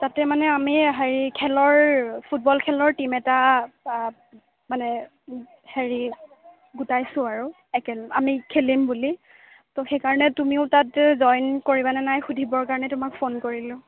তাতে মানে আমি হেৰি খেলৰ ফুটবল খেলৰ টীম এটা মানে হেৰি গোটাইছোঁ আৰু একেল আমি খেলিম বুলি ত' সেইকাৰণে তুমিও তাত জইন কৰিবা নে নাই সুধিবৰ কাৰণে তোমাক ফোন কৰিলোঁ